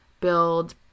build